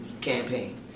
campaign